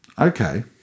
Okay